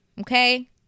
Okay